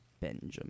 Benjamin